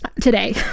today